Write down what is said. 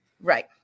Right